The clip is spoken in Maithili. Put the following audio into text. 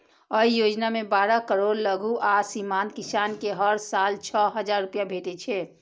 अय योजना मे बारह करोड़ लघु आ सीमांत किसान कें हर साल छह हजार रुपैया भेटै छै